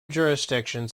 jurisdictions